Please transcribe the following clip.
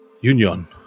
Union